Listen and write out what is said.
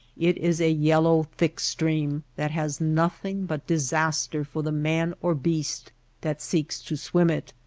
it is a yellow, thick stream that has nothing but disaster for the man or beast that seeks to swim it.